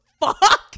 fuck